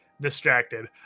distracted